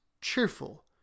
cheerful